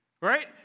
right